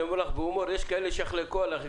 אני אומר לך בהומור שיש כאלה שיחלקו עלייך,